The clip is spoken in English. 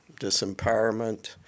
disempowerment